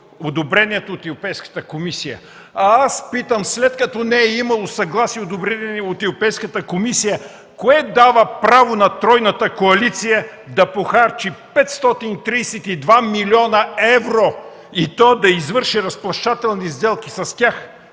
одобрението от Европейската комисия. Аз питам: след като не е имало съгласие и одобрение от Европейската комисия, кое дава право на Тройната коалиция да похарчи 532 млн. Евро, и то да извърши разплащателни сделки с тях?